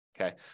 Okay